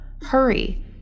Hurry